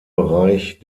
bereich